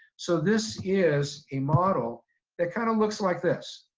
so this is a model that kind of looks like this.